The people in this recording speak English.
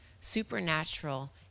supernatural